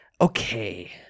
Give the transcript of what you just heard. Okay